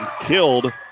killed